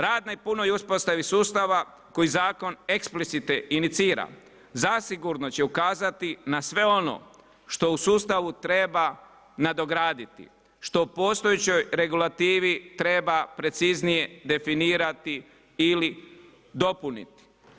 Rad i punoj uspostavi sustava koji zakon eksplicirano inicira, zasigurno će ukazati na sve ono što u sustavu treba nadograditi, što u postojećoj regulativi treba preciznije definirati ili dopuniti.